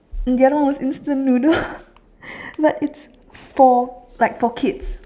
and the other one was instant noodle but it's for like for kids